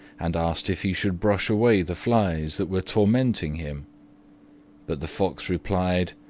and asked if he should brush away the flies that were tormenting him but the fox replied,